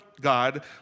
God